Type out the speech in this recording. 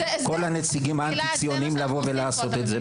כל הנציגים האנטי ציוניים לבוא ולעשות את זה,